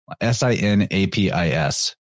S-I-N-A-P-I-S